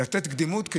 לתת להם קדימות,